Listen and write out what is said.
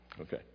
Okay